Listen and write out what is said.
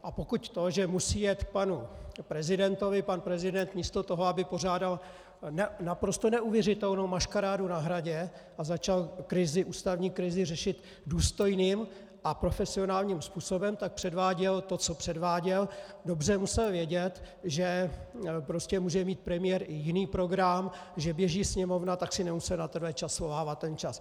A pokud to, že musí jet k panu prezidentovi, pan prezident místo toho, aby pořádal naprosto neuvěřitelnou maškarádu na Hradě a začal ústavní krizi řešit důstojným a profesionálním způsobem, tak předváděl to, co předváděl, dobře musel vědět, že může mít premiér i jiný program, že běží Sněmovna, tak to nemusel svolávat na tenhle čas.